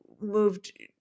moved